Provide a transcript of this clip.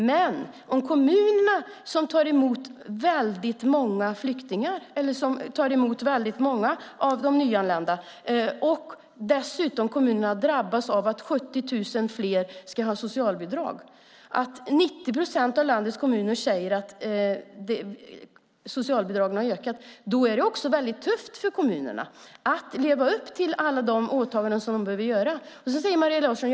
Men om kommunerna, som tar emot väldigt många flyktingar eller väldigt många nyanlända, dessutom drabbas av att 70 000 fler ska ha socialbidrag - 90 procent av landets kommuner säger att socialbidragen har ökat - blir det väldigt tufft för kommunerna att leva upp till alla åtaganden. Maria Larsson säger att ni har ökat anslaget.